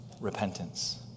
Repentance